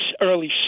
early